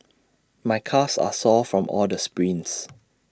my calves are sore from all the sprints